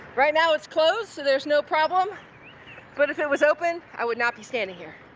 right now it's closed so there's no problem but if it was open, i would not be standing here.